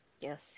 Yes